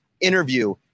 interview